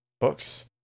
Books